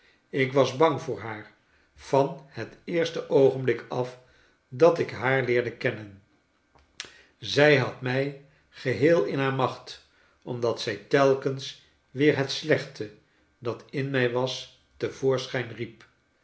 ik was bang voor haar van het eerste oogenblik af dat ik haar leerde kennen zij had mij geheelin haar macht omdat zij telkens weer het slechte dat in mij was te voorschijn riep